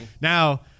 Now